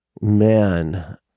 Man